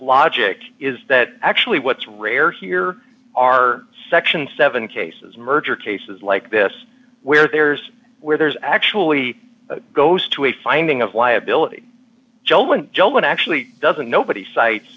logic is that actually what's rare here are section seven cases merger cases like this where there's where there's actually goes to a finding of liability but actually doesn't nobody cites